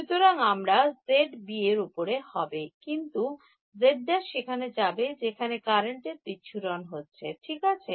সুতরাং আমার z B উপর হবে কিন্তু z′ সেখানে যাবে যেখানে কারেন্টের বিচ্ছুরণ হচ্ছে ঠিক আছে